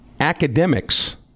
academics